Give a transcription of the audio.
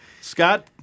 Scott